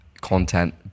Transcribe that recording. content